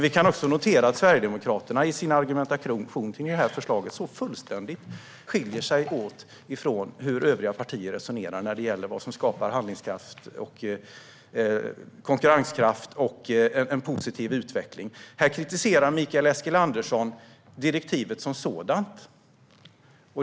Vi kan också notera att Sverigedemokraterna i sin argumentation mot det här förslaget fullständigt skiljer sig från hur övriga partier resonerar om vad som skapar konkurrenskraft och en positiv utveckling. Mikael Eskilandersson kritiserar direktivet som sådant.